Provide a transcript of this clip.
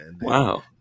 Wow